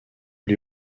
lui